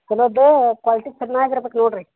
ಚೊಲೋದು quality ಚೆನ್ನಾಗಿರ್ಬೇಕು ನೋಡಿರಿ